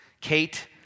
Kate